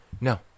no